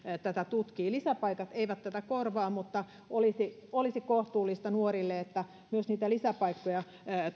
tätä tutkii lisäpaikat eivät tätä korvaa mutta olisi olisi kohtuullista nuorille että myös niitä lisäpaikkoja